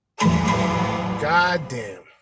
Goddamn